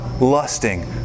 lusting